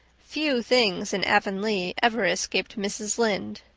few things in avonlea ever escaped mrs. lynde.